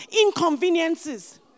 inconveniences